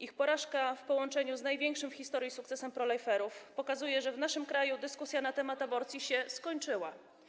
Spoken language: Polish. Ich porażka w połączeniu z największym w historii sukcesem proliferów pokazuje, że w naszym kraju dyskusja na temat aborcji się skończyła.